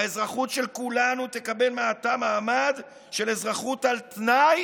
האזרחות של כולנו תקבל מעתה מעמד של אזרחות על תנאי